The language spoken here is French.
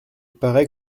paraît